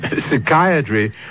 Psychiatry